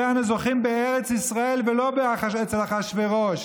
לזה אנו זוכים בארץ ישראל ולא אצל אחשוורוש,